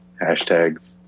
hashtags